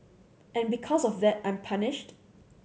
and because of that I'm punished